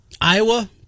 Iowa